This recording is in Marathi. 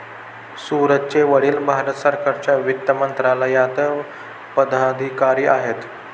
सूरजचे वडील भारत सरकारच्या वित्त मंत्रालयात पदाधिकारी आहेत